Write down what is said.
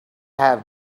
have